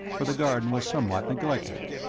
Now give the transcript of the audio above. for the garden was somewhat neglected.